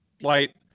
light